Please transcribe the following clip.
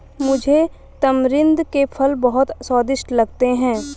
मुझे तमरिंद के फल बहुत स्वादिष्ट लगते हैं